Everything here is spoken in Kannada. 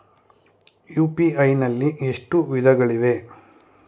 ಯು.ಪಿ.ಐ ನಲ್ಲಿ ಎಷ್ಟು ವಿಧಗಳಿವೆ?